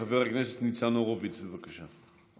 חבר הכנסת ניצן הורוביץ, בבקשה.